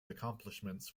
accomplishments